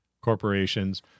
corporations